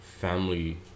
family